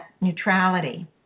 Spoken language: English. neutrality